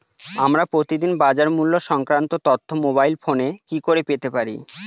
আমরা প্রতিদিন বাজার মূল্য সংক্রান্ত তথ্য মোবাইল ফোনে কি করে পেতে পারি?